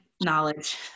knowledge